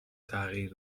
تغییر